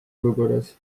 olukorras